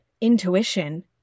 intuition